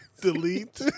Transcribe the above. delete